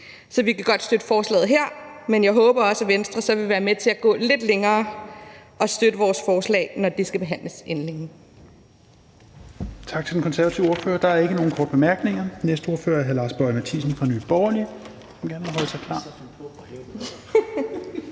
Så vi kan godt støtte forslaget her, men jeg håber også, at Venstre så vil være med til at gå lidt længere og støtte vores forslag, når det skal behandles inden længe.